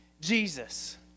Jesus